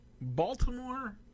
baltimore